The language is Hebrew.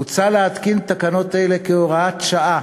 הוצע להתקין תקנות אלה כהוראת שעה